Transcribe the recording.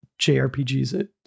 JRPGs